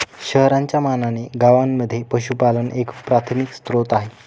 शहरांच्या मानाने गावांमध्ये पशुपालन एक प्राथमिक स्त्रोत आहे